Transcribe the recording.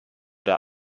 der